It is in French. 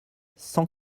cent